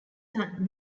son